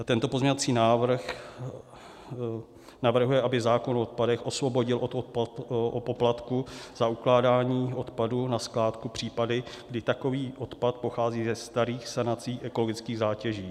Tento pozměňovací návrh navrhuje, aby zákon o odpadech osvobodil od poplatků za ukládání odpadu na skládku případy, kdy takový odpad pochází ze starých sanací ekologických zátěží.